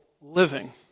living